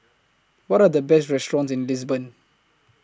What Are The Best restaurants in Lisbon